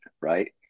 right